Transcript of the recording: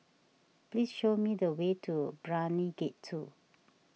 please show me the way to Brani Gate two